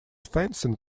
fencing